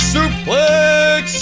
Suplex